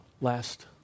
last